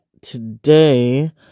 today